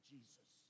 Jesus